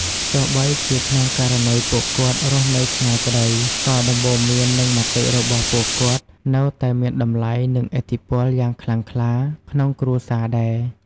ទោះបីជាក្នុងករណីពួកគាត់រស់នៅឆ្ងាយក្ដី ក៏ដំបូន្មាន និងមតិរបស់ពួកគាត់នៅតែមានតម្លៃ និងឥទ្ធិពលយ៉ាងខ្លាំងខ្លាក្នុងគ្រួសារដែរ។